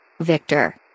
Victor